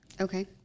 Okay